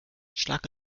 schlag